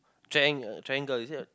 triangle triangle is it